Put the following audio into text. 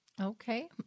okay